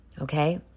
okay